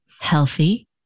healthy